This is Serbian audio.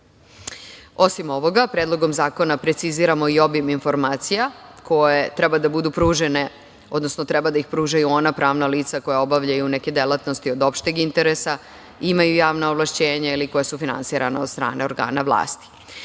ovoga, Predlogom zakona preciziramo i obim informacija koje treba da budu pružene, odnosno treba da ih pružaju ona pravna lica koja obavljaju neke delatnosti od opšteg interesa, imaju javna ovlašćenja ili koja su finansirana od strane organa